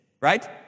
Right